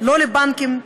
לא לבנקים.